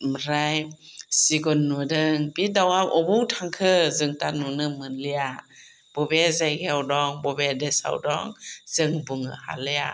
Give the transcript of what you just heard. ओमफ्राय सिगुन नुदों बे दाउआ बबेयाव थांखो जों दा नुनो मोनलिया बबे जायगायाव दं बबे देशाव दं जों बुंनो हालिया